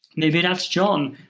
maybe that's john,